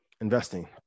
Investing